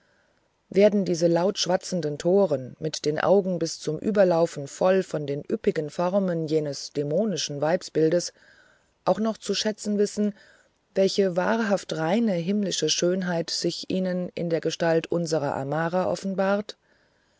werden diese lautschwatzenden toren mit den augen bis zum überlaufen voll von den üppigen formen jenes dämonischen weibsbildes auch noch zu schätzen wissen welche wahrhaft reine himmlische schönheit sich ihnen in der gestalt unserer amara offenbart